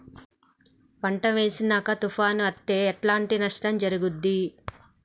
పంట వేసినంక తుఫాను అత్తే ఎట్లాంటి నష్టం జరుగుద్ది?